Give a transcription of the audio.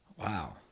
wow